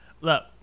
Look